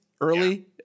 early